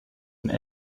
and